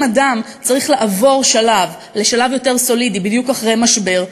אם אדם צריך לעבור לשלב יותר סולידי בדיוק אחרי משבר,